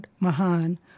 Mahan